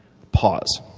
pause.